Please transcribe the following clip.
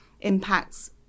impacts